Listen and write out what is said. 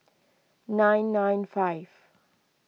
nine nine five